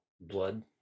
Blood